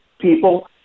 people